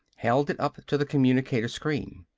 held it up to the communicator-screen.